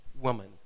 woman